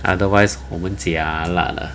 otherwise 我们 jialat ah